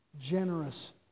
generous